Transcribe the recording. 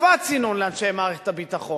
שקבעה צינון לאנשי מערכת הביטחון,